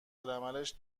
العملش